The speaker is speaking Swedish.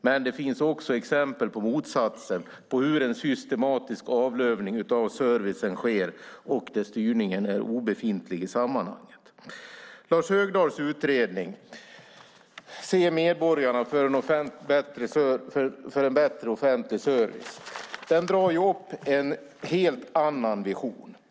Men det finns också exempel på motsatsen - på hur en systematisk avlövning av servicen sker och där styrningen är obefintlig i sammanhanget. Lars Högdahls utredning Se medborgarna - för en bättre offentlig service drar upp en helt annan vision.